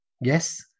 Yes